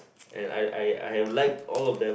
and I I I have liked all of them